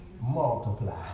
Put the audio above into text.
multiply